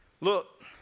look